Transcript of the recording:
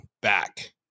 back